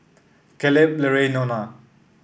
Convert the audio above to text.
Kaleb Larae Nona